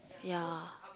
yeah